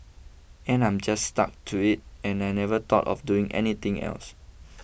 and I just stuck to it and I never thought of doing anything else